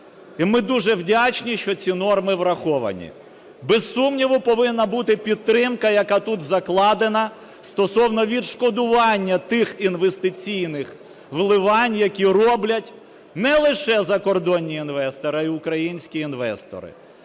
і ми дуже вдячні, що ці норми враховані. Без сумніву, повинна бути підтримка, яка тут закладена, стосовно відшкодування тих інвестиційних вливань, які роблять не лише закордонні інвестори, а і українські інвестори.